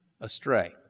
astray